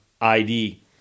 ID